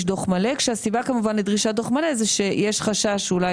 דוח מלא כשהסיבה כמובן לדרישת דוח מלא זה שיש חשש שאולי